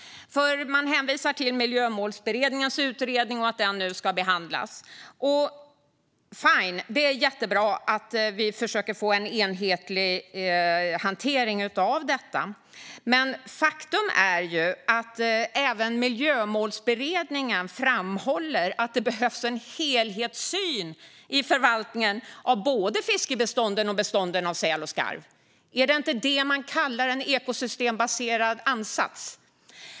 Man hänvisar till Miljömålsberedningens utredning och till att den nu ska behandlas. Det är jättebra att vi försöker få en enhetlig hantering av detta. Men faktum är att även Miljömålsberedningen framhåller att det behövs en helhetssyn i förvaltningen av både fiskbestånden och bestånden av säl och skarv. Är det inte detta man kallar en ekosystembaserad ansats?